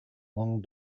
long